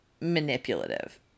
manipulative